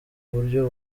buryo